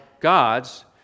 gods